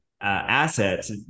assets